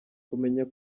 kumenya